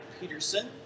Peterson